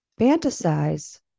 fantasize